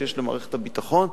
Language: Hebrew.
שיש למערכת הביטחון.